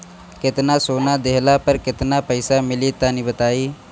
केतना सोना देहला पर केतना पईसा मिली तनि बताई?